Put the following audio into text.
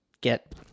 get